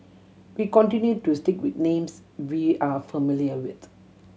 we continue to stick with names we are familiar with